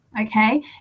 okay